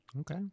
okay